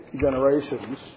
generations